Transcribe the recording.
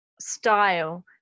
style